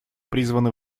призваны